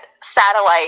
satellite